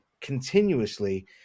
continuously